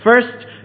First